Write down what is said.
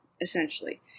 essentially